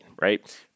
right